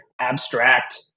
abstract